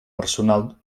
personal